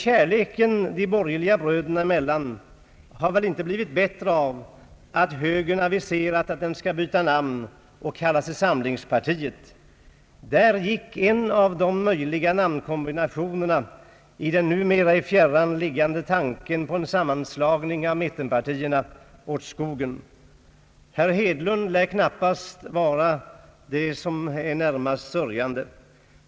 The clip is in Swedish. Kärleken de borgerliga bröderna emellan har väl inte blivit bättre av att högern aviserat att den skall byta namn och kalla sig samlingspartiet. Där gick en av de möjliga namnkombinationerna i den numera i fjärran liggande tanken på en sammanslagning av mittenpartierna åt skogen. Herr Hedlund lär knappast vara den som är närmast sörjande.